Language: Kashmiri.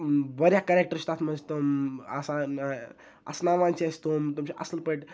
واریاہ کَرٮ۪کٹَر چھِ تَتھ منٛز تم آسان اَسناوان چھِ اَسہِ تم تم چھِ اَصٕل پٲٹھۍ